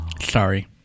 Sorry